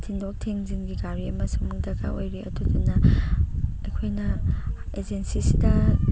ꯊꯤꯟꯗꯣꯛ ꯊꯤꯟꯖꯤꯟꯒꯤ ꯒꯥꯔꯤ ꯑꯃꯁꯨ ꯑꯃꯨꯛ ꯗꯔꯀꯥꯔ ꯑꯣꯏꯔꯤ ꯑꯗꯨꯗꯨꯅ ꯑꯩꯈꯣꯏꯅ ꯑꯦꯖꯦꯟꯁꯤꯁꯤꯗ